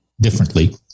differently